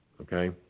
okay